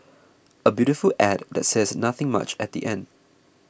a beautiful ad that says nothing much at the end